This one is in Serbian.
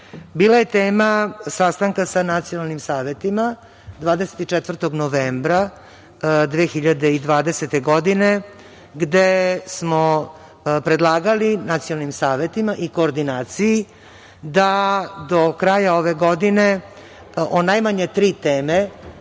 bila je tema sastanka sa nacionalnim savetima 24. novembra 2020. godine, gde smo predlagali nacionalnim savetima i koordinaciji da do kraja ove godine o najmanje tri teme